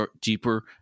deeper